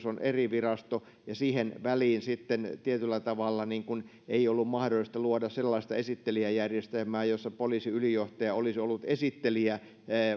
on eri virasto ja siihen väliin sitten tietyllä tavalla ei ollut mahdollista luoda sellaista esittelijäjärjestelmää jossa poliisiylijohtaja olisi ollut esittelijä